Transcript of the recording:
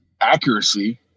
accuracy